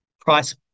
price